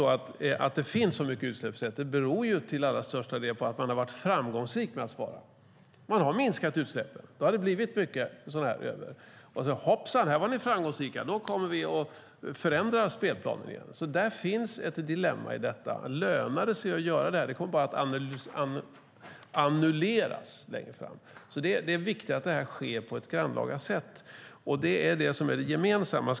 Att det finns så mycket utsläppsrätter beror till allra största delen på att man har varit framgångsrik med att spara. Man har minskat utsläppen. Då har det blivit många utsläppsrätter. Hoppsan, här var ni framgångsrika! Då kommer vi och förändrar spelplanen igen. Det finns ett dilemma i detta. Lönar det sig att göra det här? Det kommer bara att annulleras längre fram. Det är viktigt att detta på ett grannlaga sätt. Det är det som är det gemensamma.